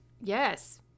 Yes